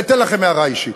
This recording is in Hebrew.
ואומר לכם הערה אישית.